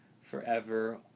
forever